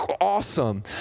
awesome